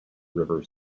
river